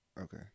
Okay